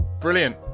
brilliant